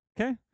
Okay